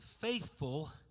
faithful